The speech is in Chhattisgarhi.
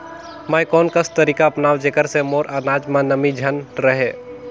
मैं कोन कस तरीका अपनाओं जेकर से मोर अनाज म नमी झन रहे?